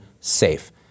safe